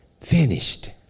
finished